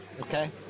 Okay